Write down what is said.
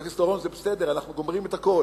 חבר הכנסת אורון, זה בסדר, אנחנו גומרים את הכול.